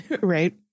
Right